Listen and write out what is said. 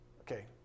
okay